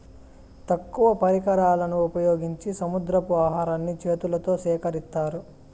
తక్కువ పరికరాలను ఉపయోగించి సముద్రపు ఆహారాన్ని చేతులతో సేకరిత్తారు